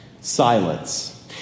Silence